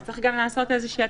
צריך גם לעשות איזושהי התאמה.